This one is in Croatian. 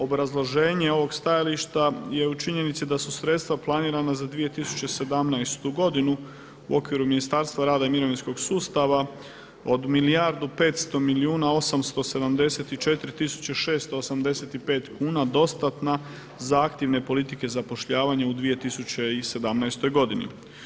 Obrazloženje ovog stajališta je u činjenici da su sredstva planirana za 2017. godinu u okviru Ministarstva rada i mirovinskog sustava od milijardu 500 milijuna 874 tisuće 685 kuna dostatna za aktivne politike zapošljavanja u 2017. godini.